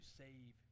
save